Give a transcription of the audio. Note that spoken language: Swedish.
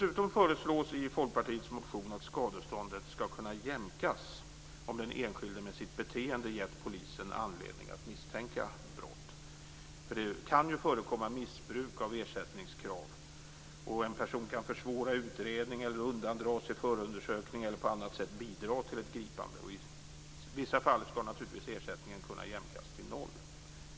Vidare föreslås i Folkpartiets motion att skadeståndet skall kunna jämkas om den enskilde med sitt beteende gett polisen anledning att misstänka brott. Det kan ju förekomma missbruk av ersättningskrav. En person kan försvåra utredning, undandra sig förundersökning eller på annat sätt bidra till ett gripande. I vissa fall skall ersättningen naturligtvis kunna jämkas till noll.